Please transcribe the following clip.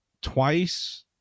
twice